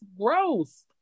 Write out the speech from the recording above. gross